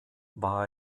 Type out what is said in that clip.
war